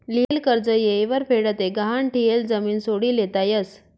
लियेल कर्ज येयवर फेड ते गहाण ठियेल जमीन सोडी लेता यस